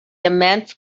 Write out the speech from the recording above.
immense